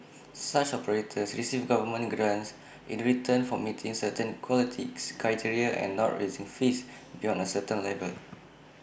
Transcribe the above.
such operators receive government grants in return for meeting certain quality criteria and not raising fees beyond A certain level